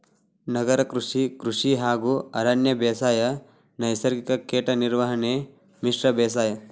ನಗರ ಕೃಷಿ, ಕೃಷಿ ಹಾಗೂ ಅರಣ್ಯ ಬೇಸಾಯ, ನೈಸರ್ಗಿಕ ಕೇಟ ನಿರ್ವಹಣೆ, ಮಿಶ್ರ ಬೇಸಾಯ